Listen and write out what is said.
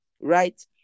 right